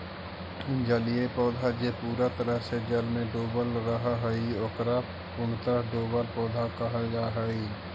जलीय पौधा जे पूरा तरह से जल में डूबल रहऽ हई, ओकरा पूर्णतः डुबल पौधा कहल जा हई